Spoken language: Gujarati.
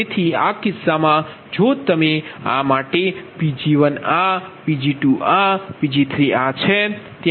તેથી આ કિસ્સામાં જો તમે આ માટે Pg1 આ Pg2આ Pg3છે